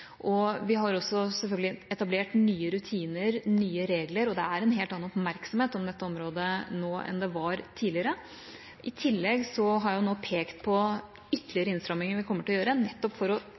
og vi har selvfølgelig etablert nye rutiner og nye regler. Det er en helt annen oppmerksomhet om dette området nå enn det var tidligere. I tillegg har jeg nå pekt på ytterligere innstramninger vi kommer til å gjøre, nettopp for enda tydeligere å